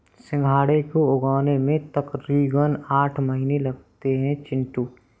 सिंघाड़े को उगने में तकरीबन आठ महीने लगते हैं चिंटू